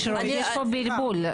יש פה בלבול.